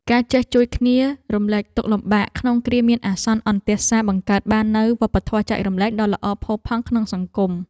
ការចេះជួយគ្នារំលែកទុក្ខលំបាកក្នុងគ្រាមានអាសន្នអន្ទះសារបង្កើតបាននូវវប្បធម៌ចែករំលែកដ៏ល្អផូរផង់ក្នុងសង្គម។